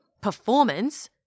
performance